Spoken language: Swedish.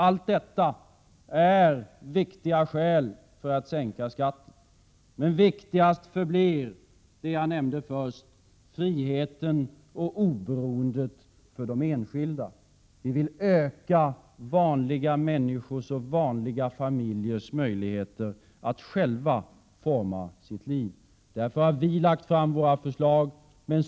Allt detta är viktiga skäl för att sänka skatten, men viktigast förblir det jag nämnde först, nämligen friheten och oberoendet för de enskilda. Vi vill öka vanliga människors och vanliga familjers möjligheter att själva forma sitt liv. Därför har vi lagt fram våra förslag.